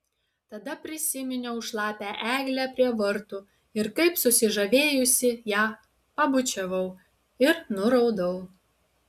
tada prisiminiau šlapią eglę prie vartų ir kaip susižavėjusi ją pabučiavau ir nuraudau